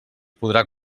podrà